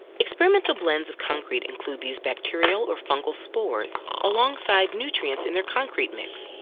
experimental blends of concrete include these bacterial or fungal spores alongside nutrients in their concrete mix,